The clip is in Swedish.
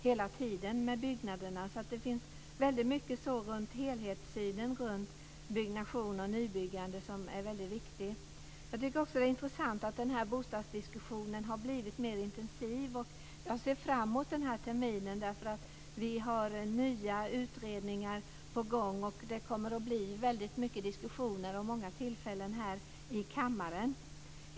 Det finns mycket när det gäller helhetssynen på nybyggande som är viktigt. Jag tycker också att det är intressant att denna bostadsdiskussion har blivit mer intensiv, och jag ser fram mot denna vår, därför att vi har nya utredningar på gång, och det kommer att bli många diskussioner och många tillfällen till debatt här i kammaren.